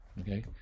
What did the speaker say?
okay